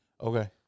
okay